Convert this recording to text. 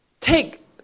take